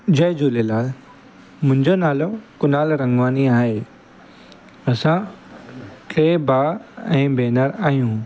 जय झूलेलाल मुंहिंजो नालो कुनाल रंगवानी आहे असां टे भाउ ऐं भेनरूं आहियूं